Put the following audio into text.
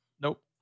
Nope